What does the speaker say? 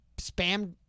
spam